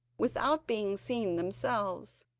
without being seen themselves.